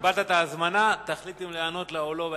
קיבלת את ההזמנה, תחליט אם להיענות לה בהמשך.